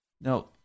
Now